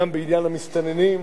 גם בעניין המסתננים,